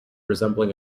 resembling